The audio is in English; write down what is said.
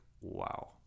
wow